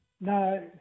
No